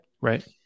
Right